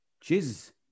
Jesus